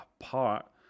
Apart